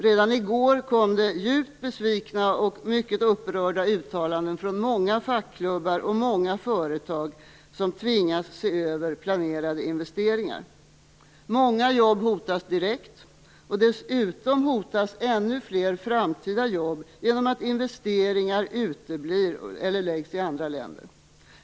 Redan i går kom djupt besvikna och mycket upprörda uttalanden från många fackklubbar och många företag som tvingas se över planerade investeringar. Många jobb hotas direkt, och dessutom hotas ännu fler framtida jobb genom att investeringar uteblir eller läggs i andra länder.